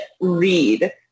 read